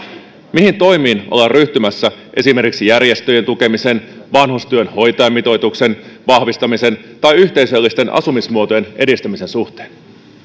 mihin toimiin ollaan ryhtymässä esimerkiksi järjestöjen tukemisen vanhustyön hoitajamitoituksen vahvistamisen tai yhteisöllisten asumismuotojen edistämisen suhteen